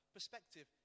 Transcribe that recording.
Perspective